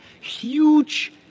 huge